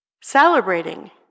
celebrating